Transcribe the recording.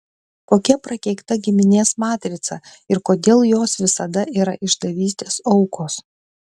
kokia prakeikta giminės matrica ir kodėl jos visada yra išdavystės aukos